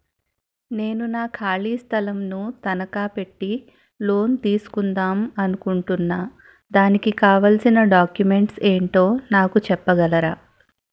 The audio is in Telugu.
నేను నా ఖాళీ స్థలం ను తనకా పెట్టి లోన్ తీసుకుందాం అనుకుంటున్నా దానికి కావాల్సిన డాక్యుమెంట్స్ ఏంటో నాకు చెప్పగలరా?